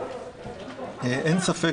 אין ספק